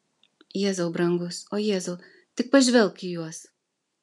jėzau brangus o jėzau tik pažvelk į juos